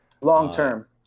Long-term